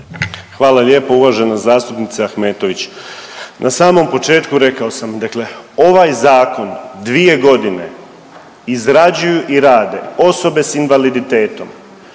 Hvala lijepo uvažena zastupnice Ahmetović. Na samom početku rekao sam, dakle ovaj zakon 2.g. izrađuju i rade osobe s invaliditetom,